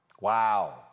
Wow